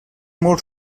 molt